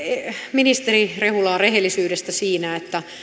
ministeri rehulaa rehellisyydestä siinä että